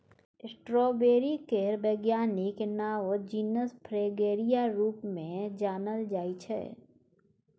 strawberry केर बैज्ञानिक नाओ जिनस फ्रेगेरिया रुप मे जानल जाइ छै